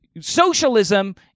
socialism